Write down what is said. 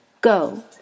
go